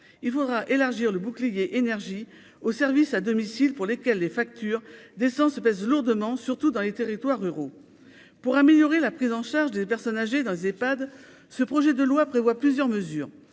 il faudra élargir le bouclier énergie au service à domicile pour lesquels les factures d'essence pèse lourdement, surtout dans les territoires ruraux pour améliorer la prise en charge des personnes âgées dans les EPHAD ce projet de loi prévoit plusieurs mesures